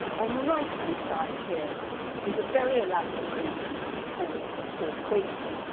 on the right-hand side here is a very elaborate instrument called a torquetum,